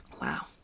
Wow